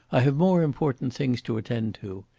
i have more important things to attend to.